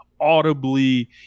audibly